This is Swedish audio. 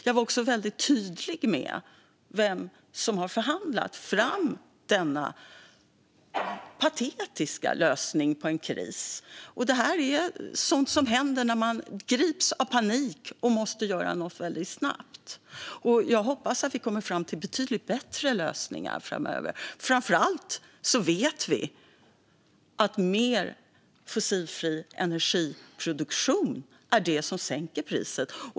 Jag var också tydlig med vem som har förhandlat fram denna patetiska lösning på en kris. Det är sådant som händer när man grips av panik och måste göra något snabbt. Jag hoppas att vi kommer fram till betydligt bättre lösningar framöver. Framför allt vet vi att mer fossilfri energiproduktion är det som sänker priset.